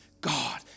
God